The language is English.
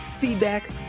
feedback